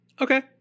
okay